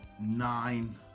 Nine